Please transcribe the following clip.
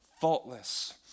faultless